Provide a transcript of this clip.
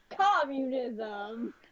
Communism